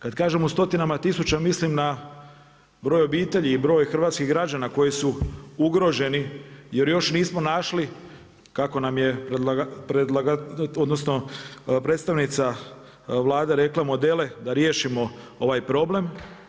Kad kažem u stotinama tisuća mislim na broj obitelji i broj hrvatskih građana koji su ugroženi jer još nismo našli kako nam je, odnosno predstavnica Vlade rekla modele da riješimo ovaj problem.